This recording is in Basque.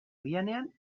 oihanean